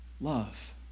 love